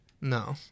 No